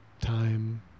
time